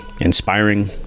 inspiring